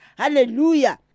hallelujah